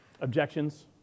objections